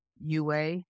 UA